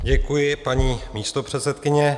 Děkuji, paní místopředsedkyně.